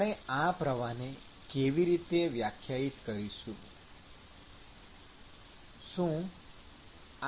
આપણે આ પ્રવાહને કેવી રીતે વ્યાખ્યાયિત કરી શકીએ